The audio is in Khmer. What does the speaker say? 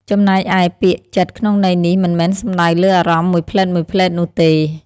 ចំណែកឯ ពាក្យ "ចិត្ត" ក្នុងន័យនេះ មិនមែនសំដៅលើអារម្មណ៍មួយភ្លែតៗនោះទេ។